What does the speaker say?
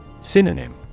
Synonym